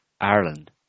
Ireland